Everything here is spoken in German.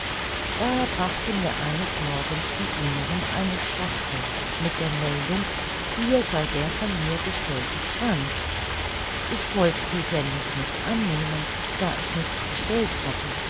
da brachte mir eines morgens die dienerin eine schachtel mit der meldung hier sei der von mir bestellte kranz ich wollte die sendung nicht annehmen da ich nichts bestellt hatte